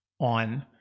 on